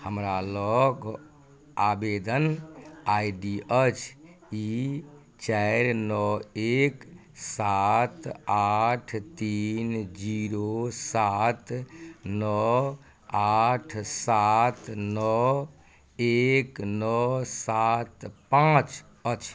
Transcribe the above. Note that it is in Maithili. हमरा लग आवेदन आइ डी ई अछि चारि नओ एक सात आठ तीन जीरो सात नओ आठ सात नओ एक नओ सात पाँच अछि